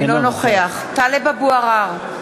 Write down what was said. אינו נוכח טלב אבו עראר,